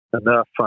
enough